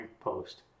post